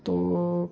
तो